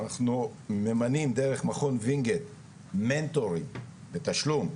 אנחנו ממנים דרך מכון ווינגייט מנטורים בתשלום.